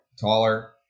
Taller